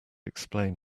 explain